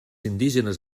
indígenes